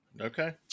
Okay